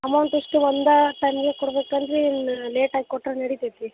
amount ಅಷ್ಟು ಒಂದೇ ಟೈಮಿಗೆ ಕೊಡಬೇಕನ್ರೀ ಇಲ್ಲ ಲೇಟಾಗಿ ಕೊಟ್ರೆ ನಡಿತೈತ ರೀ